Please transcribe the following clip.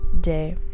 day